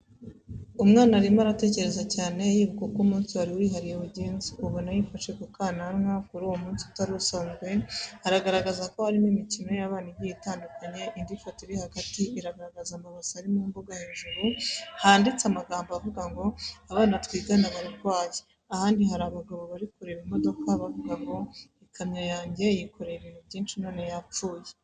Umwana arimo aratekereza cyane yibuka uko umunsi wari wihariye wagenze, ubona yifashe ku kananwa, kuri uwo munsi utari usanzwe aragaragaza ko harimo imikino y'abana igiye itandukanye, indi foto iri hagati iragaragaza amabase ari mu mbuga hejuru handitse amagambo avuga ngo: "Abana twigana bararwaye". Ahandi hari abagabo bari kureba imodoka bavuga ngo "ikamyo yanjye yikoreye ibintu byinshi none yapfuye".